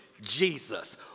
Jesus